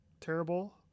terrible